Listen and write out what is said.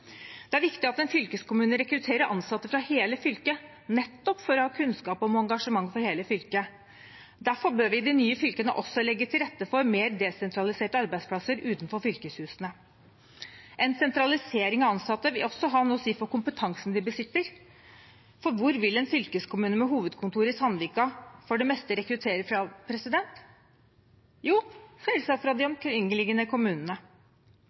Det er viktig at en fylkeskommune rekrutterer ansatte fra hele fylket, nettopp for å ha kunnskap om og engasjement for hele fylket. Derfor bør vi i de nye fylkene også legge til rette for mer desentraliserte arbeidsplasser utenfor fylkeshusene. En sentralisering av ansatte vil også ha noe å si for kompetansen de besitter, for hvor vil en fylkeskommune med hovedkontor i Sandvika for det meste rekruttere fra? Jo, selvsagt fra de omkringliggende kommunene.